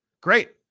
great